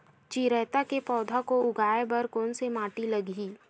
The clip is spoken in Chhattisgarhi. चिरैता के पौधा को उगाए बर कोन से माटी लगही?